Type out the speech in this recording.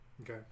Okay